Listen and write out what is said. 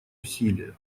усилия